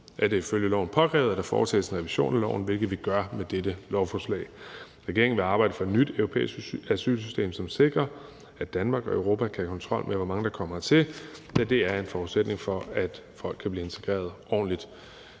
er det ifølge loven påkrævet, at der foretages en revision af loven, hvilket vi gør med dette lovforslag. Regeringen vil arbejde for et nyt europæisk asylsystem, som sikrer, at Danmark og Europa kan have kontrol med, hvor mange der kommer hertil, da det er en forudsætning for, at folk kan blive integreret ordentligt.